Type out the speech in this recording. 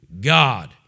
God